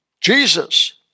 Jesus